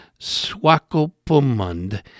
Swakopumund